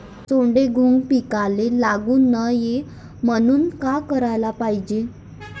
सोंडे, घुंग पिकाले लागू नये म्हनून का कराच पायजे?